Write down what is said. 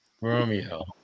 Romeo